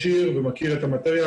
3ג ו-3ד(א)